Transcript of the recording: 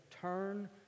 Turn